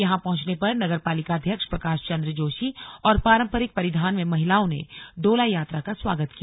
यहां पहुंचने पर नगरपालिकाध्यक्ष प्रकाश चंद्र जोशी और पारम्परिक परिधान में महिलाओं ने डोला यात्रा का स्वागत किया